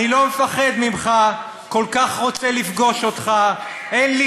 // אנ'לא מפחד ממך / כל כך רוצה לפגוש אותך / אין לי